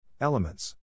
Elements